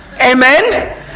Amen